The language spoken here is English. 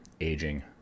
aging